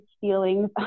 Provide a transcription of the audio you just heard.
feelings